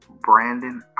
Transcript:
brandon